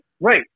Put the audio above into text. right